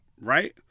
right